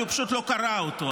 כי הוא פשוט לא קרא אותו,